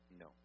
No